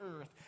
earth